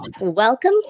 Welcome